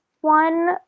one